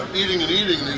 eating and eating,